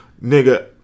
Nigga